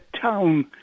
town